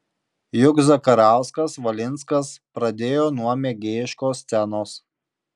juk zakarauskas valinskas pradėjo nuo mėgėjiškos scenos